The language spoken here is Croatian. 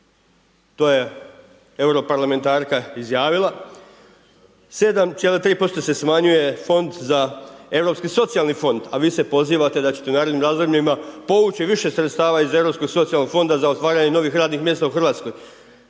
To je europarlamentarka izjavila. 7,3% se smanjuje Europski socijalni fond a vi se pozivate da ćete u narednim razdobljima povući više sredstava iz Europskog socijalnog fonda za otvaranje novih radnih mjesta u Hrvatskoj.